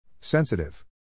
Sensitive